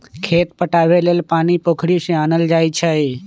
खेत पटाबे लेल पानी पोखरि से आनल जाई छै